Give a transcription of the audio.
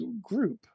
group